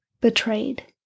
betrayed